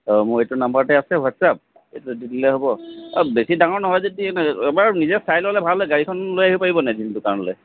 মোৰ এইটো নম্বৰতে আছে হোৱাটছাপ এইটোত দি দিলে হ'ব বেছি ডাঙৰ নহয় যদি এবাৰ নিজে চাই ল'লে ভাল হয় গাড়ীখন লৈ আহিব পাৰিব নাই দিনটোৰ কাৰণে